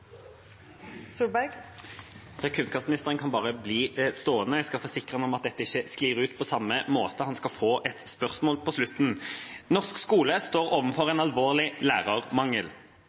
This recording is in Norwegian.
Kunnskapsministeren kan bare bli stående. Jeg skal forsikre meg om at dette ikke sklir ut på samme måte – han skal få et spørsmål på slutten. Norsk skole står overfor en alvorlig lærermangel.